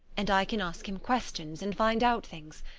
and i can ask him questions and find out things,